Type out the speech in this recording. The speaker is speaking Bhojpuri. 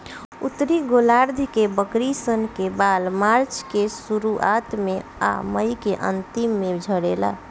उत्तरी गोलार्ध के बकरी सन के बाल मार्च के शुरुआत में आ मई के अन्तिम में झड़ेला